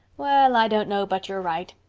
well, i don't know but you're right.